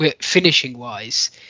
finishing-wise